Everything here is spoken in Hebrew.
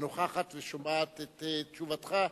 הנוכחת ושומעת את תשובתך,